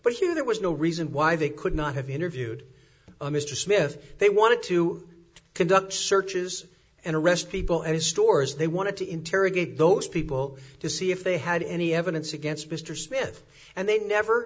know there was no reason why they could not have interviewed mr smith they wanted to conduct searches and arrest people at his stores they wanted to interrogate those people to see if they had any evidence against mr smith and they never